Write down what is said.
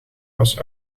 was